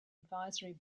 advisory